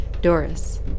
Doris